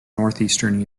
northeastern